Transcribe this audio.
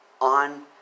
on